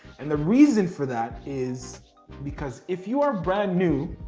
and the reason for that is because if you are brand new